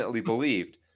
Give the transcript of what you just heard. believed